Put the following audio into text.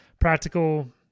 practical